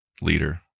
leader